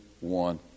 one